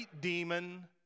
demon